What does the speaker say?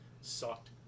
sucked